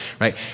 right